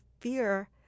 fear